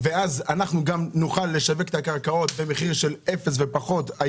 ואז נוכל לשווק את הקרקעות במחיר של אפס ופחות מזה,